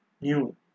new